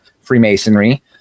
freemasonry